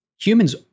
humans